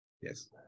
Yes